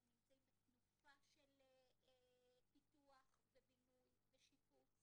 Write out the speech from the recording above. אנחנו נמצאים בתנופה של פיתוח ובינוי ושיפוץ